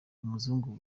umuzungu